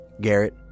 Garrett